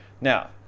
Now